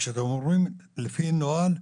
וכשאתם אומרים לפי נוהל,